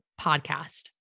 podcast